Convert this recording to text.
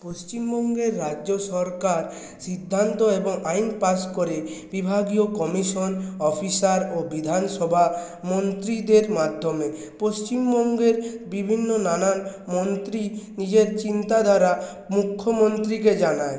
পশ্চিমবঙ্গের রাজ্য সরকার সিদ্ধান্ত এবং আইন পাশ করে বিভাগীয় কমিশন অফিসার ও বিধানসভা মন্ত্রীদের মাধ্যমে পশ্চিমবঙ্গের বিভিন্ন নানান মন্ত্রী নিজের চিন্তাধারা মুখ্যমন্ত্রীকে জানায়